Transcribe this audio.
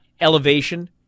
Elevation